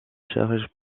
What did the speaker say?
charge